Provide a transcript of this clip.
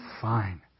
fine